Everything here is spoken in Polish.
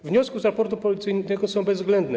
Wnioski z raportu policyjnego są bezwzględne.